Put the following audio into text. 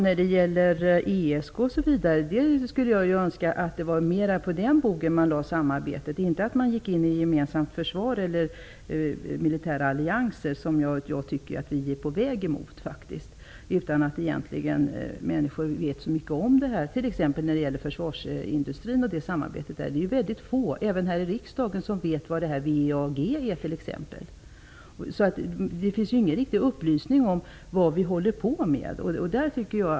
Fru talman! Jag skulle önska att man samarbetade mer om ESK -- inte att man gick in i ett gemensamt försvar eller i militära allianser. Men det tycker jag att vi är på väg emot utan att människor egentligen vet så mycket om det. När det t.ex. gäller samarbetet med försvarsindustrin är det mycket få, även här i riksdagen, som vet vad VEAG är. Det finns ingen riktig upplysning om vad vi håller på med.